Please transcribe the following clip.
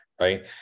Right